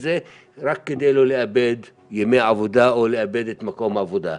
זה רק כדי לא לאבד ימי עבודה או לאבד את מקום העבודה.